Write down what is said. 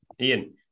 Ian